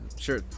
sure